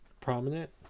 prominent